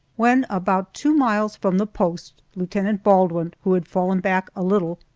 when about two miles from the post, lieutenant baldwin, who had fallen back a little,